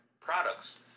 products